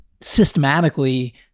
systematically